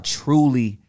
truly